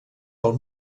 pel